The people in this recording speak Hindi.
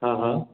हाँ हाँ